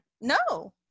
No